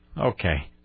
okay